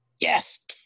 Yes